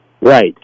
Right